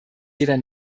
jeder